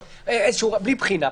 בלי בחינה?